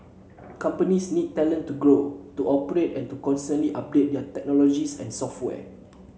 companies need talent to grow to operate and to constantly update their technologies and software